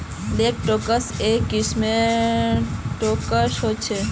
toll tax एक किस्मेर tax ह छः